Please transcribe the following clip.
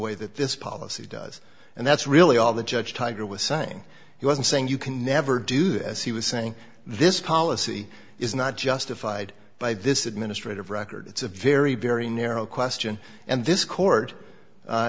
way that this policy does and that's really all the judge tiger was saying he wasn't saying you can never do this he was saying this policy is not justified by this administrative record it's a very very narrow question and this court